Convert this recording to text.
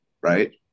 right